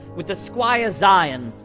with the squire zion,